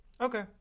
okay